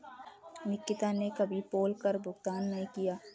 निकिता ने कभी पोल कर का भुगतान नहीं किया है